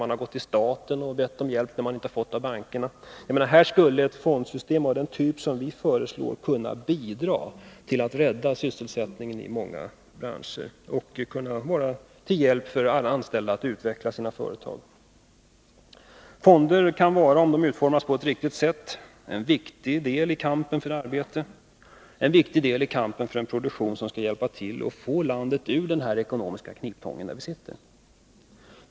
Man har gått till staten och bett om hjälp, när man inte fått någon av bankerna. Här skulle ett fondsystem av den typ som vi föreslår kunna bidra till att rädda sysselsättningen i många branscher och vara till hjälp för alla anställda att utveckla sina företag. Fonder kan, om de utvecklas på ett riktigt sätt, vara en viktig del i kampen för arbete, en viktig del i kampen för en produktion som skall hjälpa till att få landet ur den ekonomiska kniptång som vi nu sitter i.